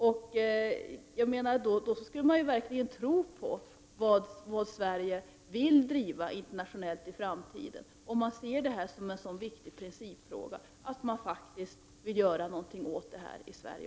Då skulle man verkligen tro på att Sverige vill driva detta internationellt i framtiden, om man nu ser detta som en så viktig principfråga att man faktiskt vill göra någonting åt den i Sverige.